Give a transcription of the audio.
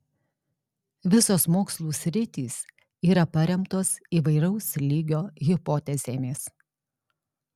visos mokslų sritys yra paremtos įvairaus lygio hipotezėmis